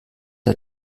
der